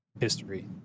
history